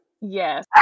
Yes